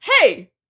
Hey